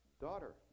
daughter